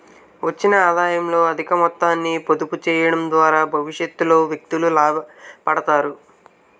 వచ్చిన ఆదాయంలో అధిక మొత్తాన్ని పొదుపు చేయడం ద్వారా భవిష్యత్తులో వ్యక్తులు లాభపడతారు